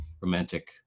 romantic